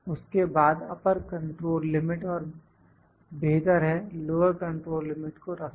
उसके बाद upper control limit और बेहतर है लोअर कंट्रोल लिमिट को रखना